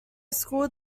school